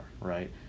right